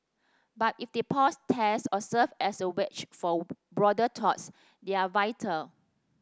but if they pause tests or serve as a wedge for broader talks they're vital